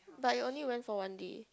but you only went for one day